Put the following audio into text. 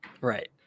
Right